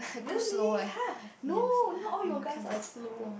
really [huh] no not all your guys are slow